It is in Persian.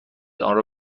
آنرا